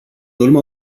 urmă